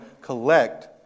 collect